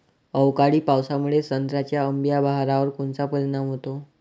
अवकाळी पावसामुळे संत्र्याच्या अंबीया बहारावर कोनचा परिणाम होतो?